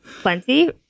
plenty